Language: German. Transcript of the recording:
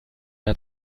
hat